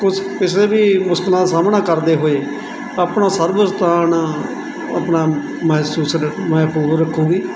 ਕੁਸ ਕਿਸੇ ਵੀ ਮੁਸ਼ਕਿਲਾਂ ਦਾ ਸਾਹਮਣਾ ਕਰਦੇ ਹੋਏ ਆਪਣਾ ਸਰਬ ਸਤਾਨ ਆਪਣਾ ਮਹਿਸੂਸ ਰ ਮਹਿਫੂਜ਼ ਰੱਖੇਗੀ